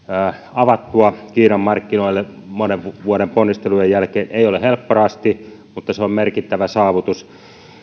avattua kiinan markkinoille monen vuoden ponnistelujen jälkeen ei ole helppo rasti mutta se on merkittävä saavutus